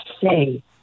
say